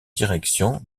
direction